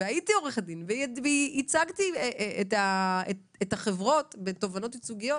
הייתי עורכת דין וייצגתי את החברות בתובענות ייצוגיות